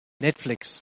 Netflix